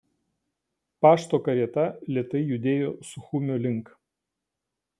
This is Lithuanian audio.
pašto karieta lėtai judėjo suchumio link